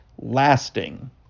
lasting